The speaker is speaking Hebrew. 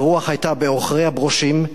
/ והרוח היתה בעוכרי הברושים,